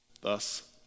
Thus